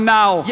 now